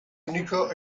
único